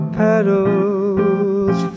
petals